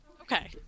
Okay